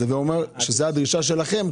הווי אומר שזו הדרישה שלכם.